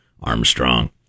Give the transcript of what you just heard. Armstrong